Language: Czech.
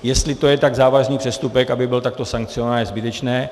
Jestli to je tak závažný přestupek, aby byl takto sankcionován, je zbytečné.